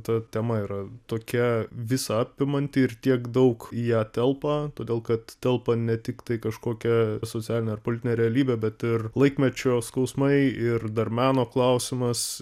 ta tema yra tokia visa apimanti ir tiek daug į ją telpa todėl kad telpa ne tiktai kažkokia socialinė ar politinė realybė bet ir laikmečio skausmai ir dar meno klausimas